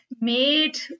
made